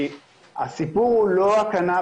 כי הסיפור הוא לא הקנאביס,